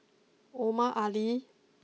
Omar Ali